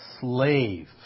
slave